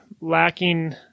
lacking